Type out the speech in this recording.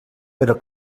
però